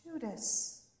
Judas